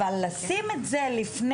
אבל לשים את זה לפני,